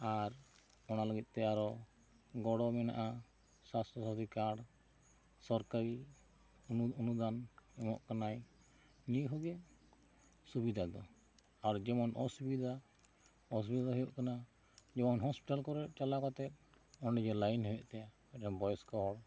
ᱟᱨ ᱚᱱᱟ ᱞᱟᱹᱜᱤᱫ ᱛᱮ ᱟᱨᱚ ᱜᱚᱲᱚ ᱢᱮᱱᱟᱜᱼᱟ ᱥᱟᱥᱛᱚ ᱠᱟᱨᱰ ᱥᱚᱨᱠᱟᱨᱤ ᱚᱱᱩᱫᱟᱱ ᱮᱢᱚᱜ ᱠᱟᱱᱟᱭ ᱱᱤᱭᱟᱹ ᱠᱚᱜᱚ ᱥᱩᱵᱤᱫᱟ ᱫᱚ ᱟᱨ ᱡᱮᱢᱚᱱ ᱚᱥᱩᱵᱤᱫᱟ ᱚᱥᱩᱵᱤᱫᱟ ᱦᱩᱭᱩᱜ ᱠᱟᱱᱟ ᱡᱮᱢᱚᱱ ᱦᱚᱥᱯᱤᱴᱟᱞ ᱠᱚᱨᱮ ᱪᱟᱞᱟᱣ ᱠᱟᱛᱮ ᱚᱸᱰᱮ ᱞᱟᱭᱤᱱ ᱦᱩᱭᱩᱜ ᱛᱟᱭᱟ ᱵᱚᱭᱚᱥ ᱠᱚ ᱦᱚᱲ